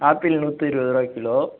apple நூற்றி இருபதுருவா kilo